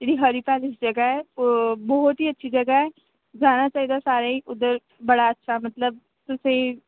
जेह्ड़ी हरी पैलेस जगह ऐ ओह् बोह्त ही अच्छी जगह ऐ जाना चाहिदा सारें गी उद्धर बड़ा अच्छा मतलब तुसेंगी